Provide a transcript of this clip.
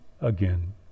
again